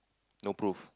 no proof